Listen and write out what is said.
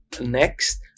next